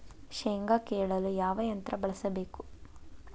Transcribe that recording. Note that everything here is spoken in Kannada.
ಶೇಂಗಾ ಕೇಳಲು ಯಾವ ಯಂತ್ರ ಬಳಸಬೇಕು?